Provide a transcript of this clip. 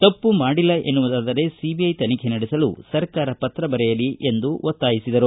ತಪ್ಪು ಮಾಡಿಲ್ಲ ಎನ್ನುವುದಾದರೆ ಸಿಬಿಐ ತನಿಖೆ ನಡೆಸಲು ಸರ್ಕಾರ ಪತ್ರ ಬರೆಯಲಿ ಎಂದರು